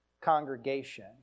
congregation